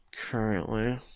currently